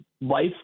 life